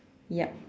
yup